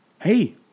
hey